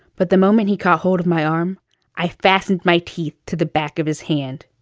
but the moment he caught hold of my arm i fastened my teeth to the back of his hand.